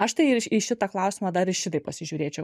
aš tai į šitą klausimą dar ir šitaip pasižiūrėčiau